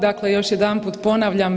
Dakle, još jedanput ponavljam.